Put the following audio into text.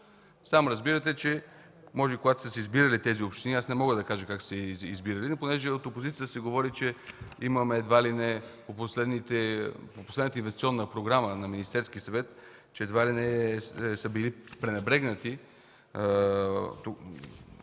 Сам разбирате, че може, когато са се избирали тези общини, аз не мога да кажа как са се избирали, но понеже от опозицията се говори, че имаме едва ли не по последната инвестиционна програма на Министерския съвет са били пренебрегнати